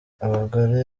abagore